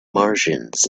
martians